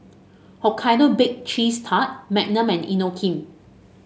Hokkaido Baked Cheese Tart Magnum and Inokim